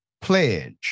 pledge